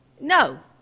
no